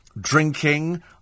drinking